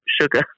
sugar